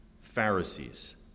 Pharisees